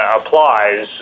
applies